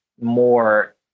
more